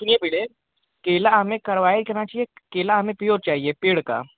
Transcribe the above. सुनिए पहले केला हमें करवायें जाँच एक केला हमें प्योर चाहिये पेड़ का